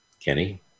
Kenny